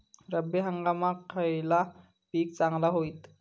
रब्बी हंगामाक खयला पीक चांगला होईत?